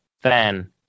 fan